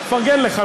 מפרגן לך,